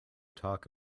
talk